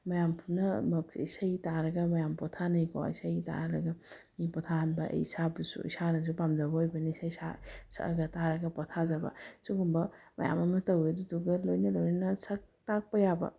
ꯃꯌꯥꯝ ꯄꯨꯝꯅꯃꯛꯁꯦ ꯏꯁꯩ ꯇꯥꯔꯒ ꯃꯌꯥꯝ ꯄꯣꯊꯥꯅꯩꯀꯣ ꯏꯁꯩ ꯇꯥꯍꯜꯂꯒ ꯃꯤ ꯄꯣꯊꯥꯍꯟꯕ ꯑꯩ ꯏꯁꯥꯕꯨꯁꯨ ꯏꯁꯥꯅꯁꯨ ꯄꯥꯝꯖꯕ ꯑꯣꯏꯕꯅꯤ ꯏꯁꯩ ꯁꯛꯑꯒ ꯇꯥꯔꯒ ꯄꯣꯊꯥꯖꯕ ꯁꯤꯒꯨꯝꯕ ꯃꯌꯥꯝ ꯑꯃ ꯇꯧꯋꯦ ꯑꯗꯨꯗꯨꯒ ꯂꯣꯏꯅ ꯂꯣꯏꯅꯅ ꯁꯛ ꯇꯥꯛꯄ ꯌꯥꯕ